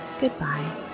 goodbye